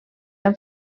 amb